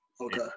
Okay